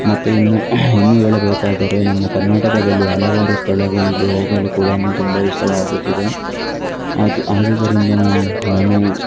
ಮತ್ತು ಇನ್ನು ಇನ್ನು ಹೇಳಬೇಕಾದರೆ ನಮ್ಮ ಕರ್ನಾಟಕದಲ್ಲಿ ಹಲವಾರು ಸ್ಥಳಗಳಿಗೆ ಹೋಗಲು ಕೂಡ ತುಂಬ ಇಷ್ಟವಾಗುತ್ತದೆ ಆದ್ ಆದುದ್ದರಿಂದ ನಾನು ನಾನು